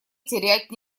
терять